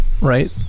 Right